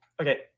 Okay